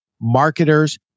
marketers